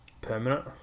permanent